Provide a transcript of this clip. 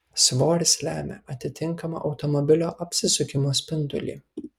svoris lemia atitinkamą automobilio apsisukimo spindulį